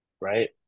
right